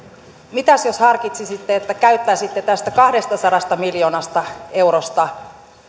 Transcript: mitäs jos harkitsisitte että käyttäisitte tästä kahdestasadasta miljoonasta eurosta